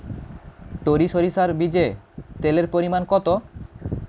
টরি সরিষার বীজে তেলের পরিমাণ কত?